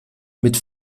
mit